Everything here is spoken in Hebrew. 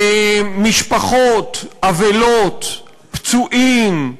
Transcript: משפחות אבלות, פצועים,